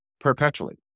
perpetually